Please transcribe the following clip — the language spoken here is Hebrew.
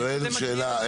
שואל שאלה.